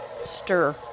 stir